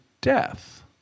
death